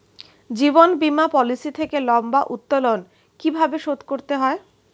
জীবন বীমা পলিসি থেকে লম্বা উত্তোলন কিভাবে শোধ করতে হয়?